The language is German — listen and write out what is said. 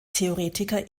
theoretiker